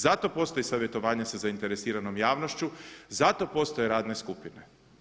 Zato postoji savjetovanje sa zainteresiranom javnošću, zato postoje radne skupine.